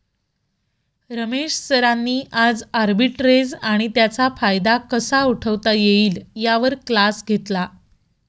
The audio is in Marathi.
रमेश सरांनी आज आर्बिट्रेज आणि त्याचा फायदा कसा उठवता येईल यावर क्लास घेतला